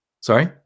Sorry